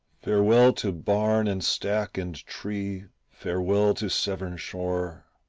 farewell to barn and stack and tree, farewell to severn shore.